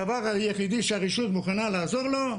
הדבר היחידי שהרשות מוכנה לעזור לו,